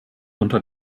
unter